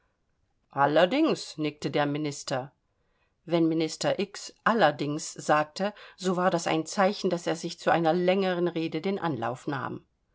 allerdings nickte der minister wenn minister allerdings sagte so war das ein zeichen daß er sich zu einer längeren rede den anlauf nahm